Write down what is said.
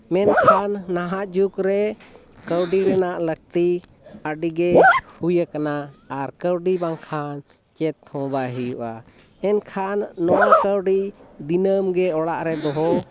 ᱢᱮᱱᱠᱷᱟᱱ ᱱᱟᱦᱟᱜ ᱡᱩᱜᱽ ᱨᱮ ᱠᱟᱹᱣᱰᱤ ᱨᱮᱱᱟᱜ ᱞᱟᱹᱠᱛᱤ ᱟᱹᱰᱤ ᱜᱮ ᱦᱩᱭ ᱠᱟᱱᱟ ᱟᱨ ᱠᱟᱹᱣᱰᱤ ᱵᱟᱝᱠᱷᱟᱱ ᱪᱮᱫ ᱦᱚᱸ ᱵᱟᱭ ᱦᱩᱭᱩᱜᱼᱟ ᱮᱱᱠᱷᱟᱱ ᱱᱚᱣᱟ ᱠᱟᱹᱣᱰᱤ ᱫᱤᱱᱟᱹᱢ ᱜᱮ ᱚᱲᱟᱜ ᱨᱮ ᱫᱚᱦᱚ